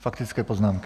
Faktické poznámky.